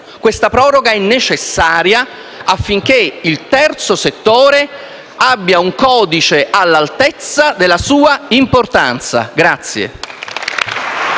Questa proroga è necessaria affinché il terzo settore abbia un codice all'altezza della sua importanza.